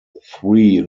three